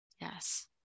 Yes